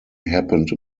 happened